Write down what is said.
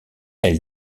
elle